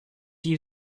you